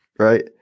Right